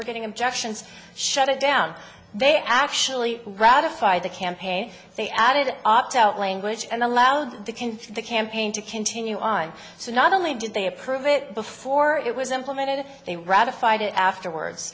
were getting objections shut it down they actually ratified the campaign they added opt out language and allowed the can for the campaign to continue i saw not only did they approve it before it was implemented they ratified it afterwards